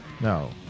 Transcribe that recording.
No